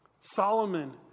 Solomon